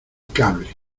cable